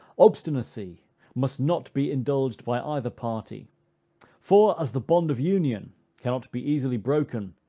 obstinacy must not be indulged by either party for, as the bond of union cannot be easily broken,